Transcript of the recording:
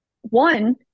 one